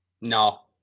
no